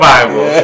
Bible